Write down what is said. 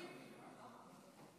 נא לסיים.